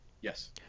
Yes